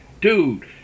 dude